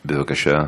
בבקשה.